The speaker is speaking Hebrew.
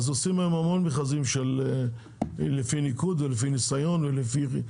עושים הרבה מכרזים שהם לפי ניקוד ולפי ניסיון וכו'.